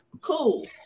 cool